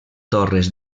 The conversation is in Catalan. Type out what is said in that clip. torres